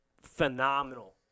phenomenal